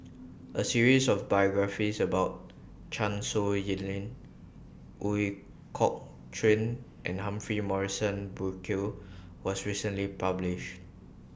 A series of biographies about Chan Sow Lin Ooi Kok Chuen and Humphrey Morrison Burkill was recently published